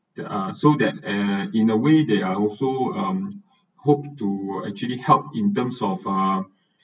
that are so that and in a way they are also hoped to were actually helped in terms of um